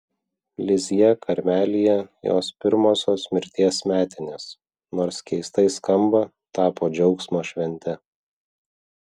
lizjė karmelyje jos pirmosios mirties metinės nors keistai skamba tapo džiaugsmo švente